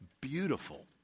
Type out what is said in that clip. beautiful